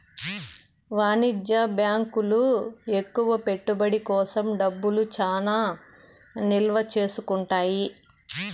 వాణిజ్య బ్యాంకులు ఎక్కువ పెట్టుబడి కోసం డబ్బులు చానా నిల్వ చేసుకుంటాయి